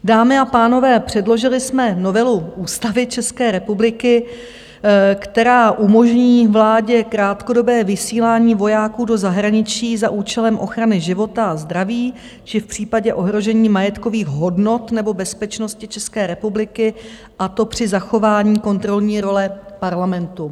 Dámy a pánové, předložili jsme novelu Ústavy České republiky, která umožní vládě krátkodobé vysílání vojáků do zahraničí za účelem ochrany života a zdraví, či v případě ohrožení majetkových hodnot nebo bezpečnosti České republiky, a to při zachování kontrolní role Parlamentu.